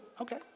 Okay